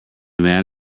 man